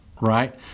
right